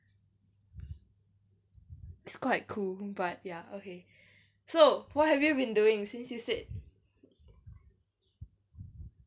it's quite cool but ya okay so what have you been doing since you said